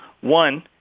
One